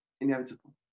inevitable